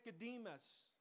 Nicodemus